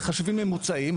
מחשבים ממוצעים.